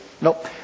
Nope